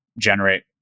generate